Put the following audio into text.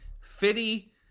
Fitty